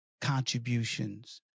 contributions